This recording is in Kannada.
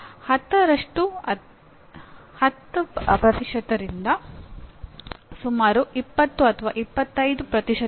ಬೋಧನೆಯು ಜನರ ಅಗತ್ಯತೆಗಳನ್ನು ಅನುಭವಗಳನ್ನು ಮತ್ತು ಭಾವನೆಗಳನ್ನು ಪೂರೈಸುವ ಪ್ರಕ್ರಿಯೆಯಾಗಿದೆ